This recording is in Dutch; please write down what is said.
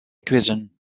quizzen